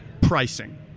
pricing